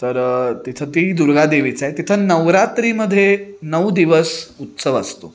तर तिथं ती दुर्गादेवीच आहे तिथं नवरात्रीमध्ये नऊ दिवस उत्सव असतो